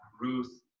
Ruth